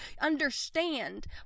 understand